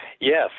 yes